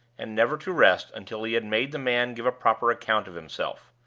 and never to rest until he had made the man give a proper account of himself.